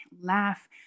laugh